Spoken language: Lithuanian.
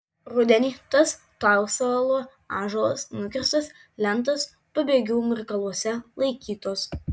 rudenį tas tausalo ąžuolas nukirstas lentos pabėgių mirkaluose laikytos